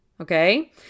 okay